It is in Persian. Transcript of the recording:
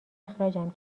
اخراجم